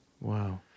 Wow